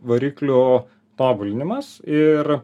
variklio tobulinimas ir